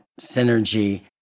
synergy